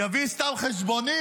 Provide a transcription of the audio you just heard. הוא יביא סתם חשבונית?